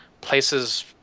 places